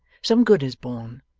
some good is born,